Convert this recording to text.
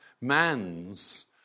man's